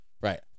right